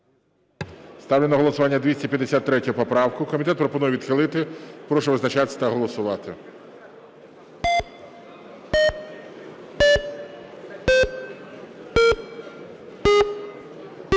Ставлю на голосування 269 поправку. Комітет пропонує відхилити. Прошу визначатися та голосувати.